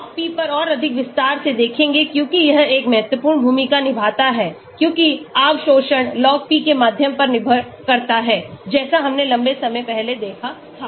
हम log p पर और अधिक विस्तार से देखेंगे क्योंकि यह एक बहुत महत्वपूर्ण भूमिका निभाता है क्योंकि अवशोषण log p के माध्यम पर निर्भर करता हैजैसा हमने लंबे समय पहले देखा था